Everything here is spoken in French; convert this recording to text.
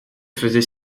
faisait